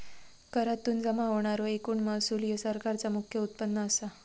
करातुन जमा होणारो एकूण महसूल ह्या सरकारचा मुख्य उत्पन्न असा